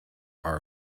are